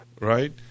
right